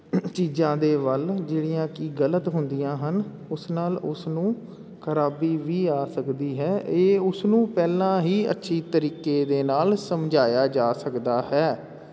ਚੀਜ਼ਾਂ ਦੇ ਵੱਲ ਜਿਹੜੀਆਂ ਕਿ ਗਲਤ ਹੁੰਦੀਆਂ ਹਨ ਉਸ ਨਾਲ ਉਸ ਨੂੰ ਖ਼ਰਾਬੀ ਵੀ ਆ ਸਕਦੀ ਹੈ ਇਹ ਉਸ ਨੂੰ ਪਹਿਲਾਂ ਹੀ ਅੱਛੀ ਤਰੀਕੇ ਦੇ ਨਾਲ ਸਮਝਾਇਆ ਜਾ ਸਕਦਾ ਹੈ